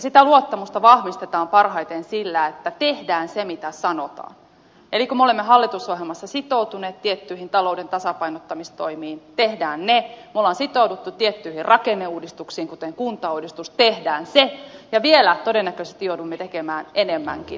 sitä luottamusta vahvistetaan parhaiten sillä että tehdään se mitä sanotaan eli kun me olemme hallitusohjelmassa sitoutuneet tiettyihin talouden tasapainottamistoimiin tehdään ne kun me olemme sitoutuneet tiettyihin rakenneuudistuksiin kuten kuntauudistukseen tehdään ne ja vielä todennäköisesti joudumme tekemään enemmänkin